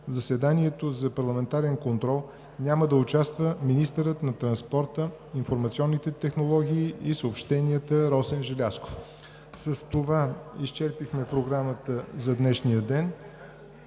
заседанието за парламентарен контрол няма да участва министърът на транспорта, информационните технологии и съобщенията Росен Желязков. С това изчерпахме Програмата за днешния ден.